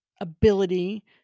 ability